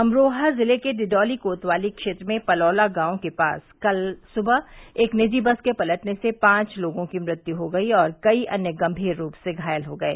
अमरोहा ज़िले के डिडौली कोतवाली क्षेत्र में पलौला गांव के पास कल सुबह एक निजी बस के पलटने से पांच लोगों की मृत्यु हो गयी और कई अन्य गंभीर रूप से घायल हो गये